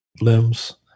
limbs